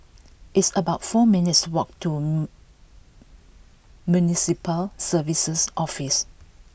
it's about four minutes' walk to Municipal Services Office